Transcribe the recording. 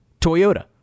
Toyota